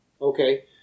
Okay